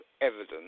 evidence